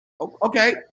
Okay